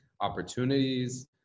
opportunities